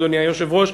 אדוני היושב-ראש,